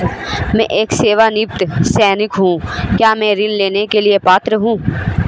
मैं एक सेवानिवृत्त सैनिक हूँ क्या मैं ऋण लेने के लिए पात्र हूँ?